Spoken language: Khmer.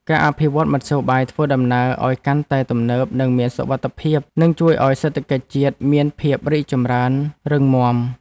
ការអភិវឌ្ឍន៍មធ្យោបាយធ្វើដំណើរឱ្យកាន់តែទំនើបនិងមានសុវត្ថិភាពនឹងជួយឱ្យសេដ្ឋកិច្ចជាតិមានភាពរីកចម្រើនរឹងមាំ។